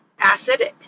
acidic